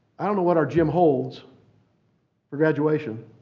i don't know what our gym holds for graduation,